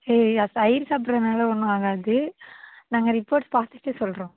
சரி அது தயிர் சாப்பிட்றதுனால ஒன்றும் ஆகாது நாங்கள் ரிப்போர்ட்ஸ் பார்த்துட்டு சொல்கிறோம்